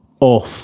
Off